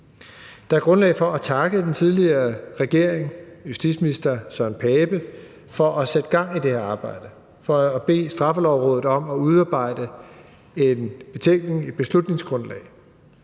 Der er grundlag for at takke den tidligere regering, tidligere justitsminister Søren Pape Poulsen, for at sætte gang i det her arbejde, altså bede Straffelovrådet om at udarbejde en betænkning,